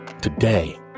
today